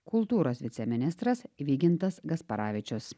kultūros viceministras vygintas gasparavičius